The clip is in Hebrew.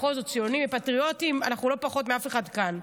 בכל זאת ציונים ופטריוטים אנחנו לא פחות מאף אחד כאן,